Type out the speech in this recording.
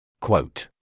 Quote